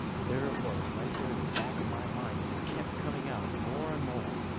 there it was right there in the back of my mind and it kept coming out more and more.